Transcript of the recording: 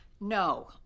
No